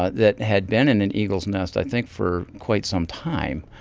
that had been in an eagle's nest, i think, for quite some time.